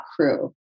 crew